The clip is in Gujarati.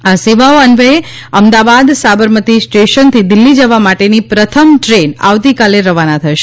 આ સેવાઓ અન્વયે અમદાવાદ સાબરમતી સ્ટેશનથી દિલ્ફી જવા માટેની પ્રથમ દ્રેન આવતીકાલે રવાના થશે